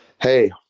hey